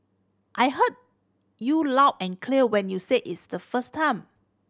I heard you loud and clear when you said its the first time